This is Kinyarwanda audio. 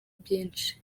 byinshi